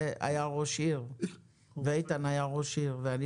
זה היה ראש עיר ואיתן היה ראש עיר ואני